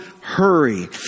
hurry